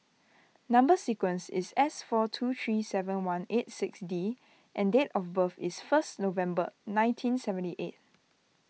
Number Sequence is S four two three seven one eight six D and date of birth is first November nineteen seventy eight